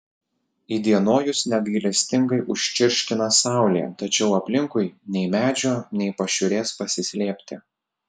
įdienojus negailestingai užčirškina saulė tačiau aplinkui nei medžio nei pašiūrės pasislėpti